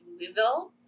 Louisville